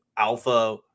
Alpha